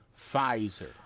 Pfizer